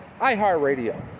iHeartRadio